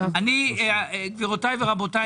גבירותי ורבותי,